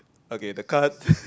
okay the card